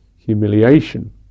Humiliation